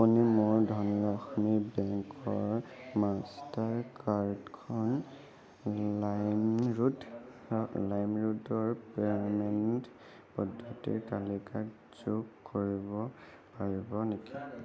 আপুনি মোৰ ধনলক্ষ্মী বেংকৰ মাষ্টাৰ কাৰ্ডখন লাইমৰোড লাইমৰোডৰ পে'মেণ্ট পদ্ধতিৰ তালিকাত যোগ কৰিব পাৰিব নেকি